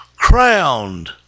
crowned